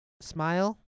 smile